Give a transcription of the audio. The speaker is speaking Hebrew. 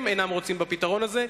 הם אינם רוצים בפתרון הזה,